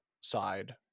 side